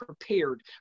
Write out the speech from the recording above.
prepared